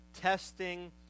testing